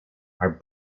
are